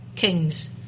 kings